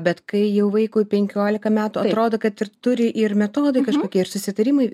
bet kai jau vaikui penkiolika metų atrodo kad ir turi ir metodai kažkokie ir susitarimai